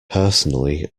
personally